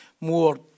more